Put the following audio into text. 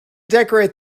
decorate